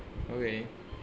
okay